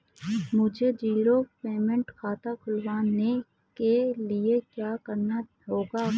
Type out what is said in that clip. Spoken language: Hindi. मुझे जीरो पेमेंट खाता खुलवाने के लिए क्या करना होगा?